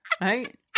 right